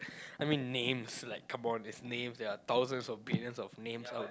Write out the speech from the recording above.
I mean names like come on there's names there are thousands of billions of names out